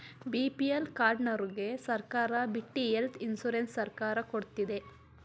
BPL ಕಾರ್ಡನವರ್ಗೆ ಸರ್ಕಾರ ಬಿಟ್ಟಿ ಹೆಲ್ತ್ ಇನ್ಸೂರೆನ್ಸ್ ಸರ್ಕಾರ ಕೊಡ್ತಿದೆ